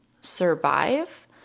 survive